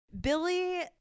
Billy